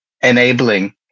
enabling